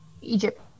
Egypt